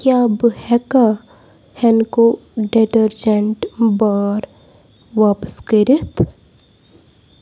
کیٛاہ بہٕ ہؠکھا ہٮ۪نٛکو ڈیٹرجینٛٹ بار واپس کٔرِتھ